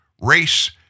race